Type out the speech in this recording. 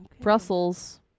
Brussels